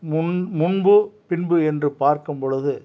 முன் முன்பு பின்பு என்று பார்க்கும்பொழுது